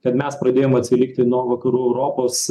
kad mes pradėjom atsilikti nuo vakarų europos